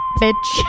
bitch